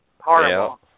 Horrible